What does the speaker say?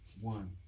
One